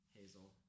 Hazel